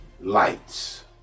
lights